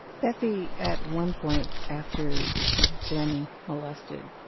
bethie, at one point, after she's been molested,